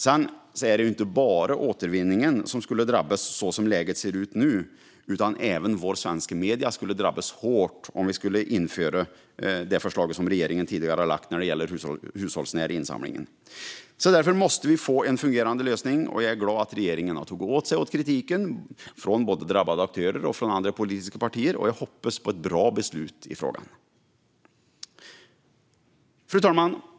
Sedan är det ju inte bara återvinningen som skulle drabbas, så som läget ser ut nu, utan även våra svenska medier skulle drabbas hårt om vi skulle införa det förslag som regeringen tidigare lagt fram när det gäller den hushållsnära insamlingen. Därför måste vi få en fungerande lösning. Jag är glad att regeringen tagit åt sig av kritiken både från drabbade aktörer och från andra politiska partier och hoppas på ett bra beslut i frågan. Fru talman!